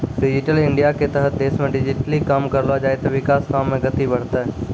digital इंडियाके तहत देशमे डिजिटली काम करलो जाय ते विकास काम मे गति बढ़तै